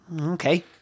okay